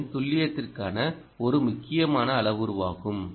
ஓவின் துல்லியத்திற்கான ஒரு முக்கியமான அளவுருவாகும்